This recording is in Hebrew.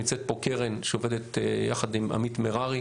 נמצאת פה קרן שעובדת יחד עם עמית מררי.